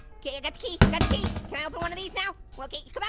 okay, got the key, got the key, can i open one of these now? okay, come on,